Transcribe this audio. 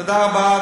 תודה רבה.